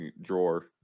drawer